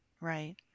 Right